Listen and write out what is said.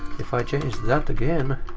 if i change that again.